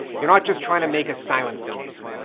you're not just trying to make a silent film here.